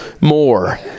more